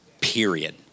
period